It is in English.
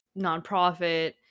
nonprofit